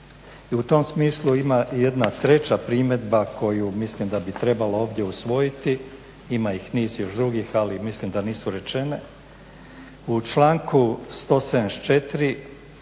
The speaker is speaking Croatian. I u tom smislu ima jedna treća primjedba koju mislim da bi trebalo ovdje usvojiti, ima ih niz još drugih ali mislim da nisu rečene. U članku